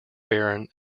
barren